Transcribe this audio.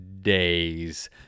days